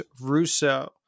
Russo